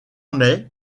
mai